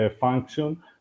function